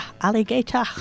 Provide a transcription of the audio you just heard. alligator